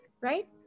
right